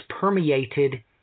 permeated